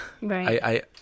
Right